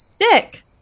dick